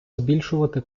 збільшувати